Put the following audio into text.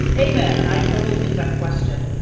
amen, i totally get that question.